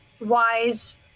wise